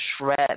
shred